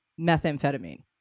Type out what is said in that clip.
methamphetamine